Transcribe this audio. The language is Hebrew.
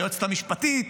היועצת המשפטית.